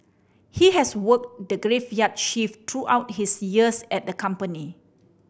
he has worked the graveyard shift throughout his years at the company